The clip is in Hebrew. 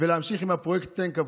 ולהמשיך עם הפרויקט "תן כבוד".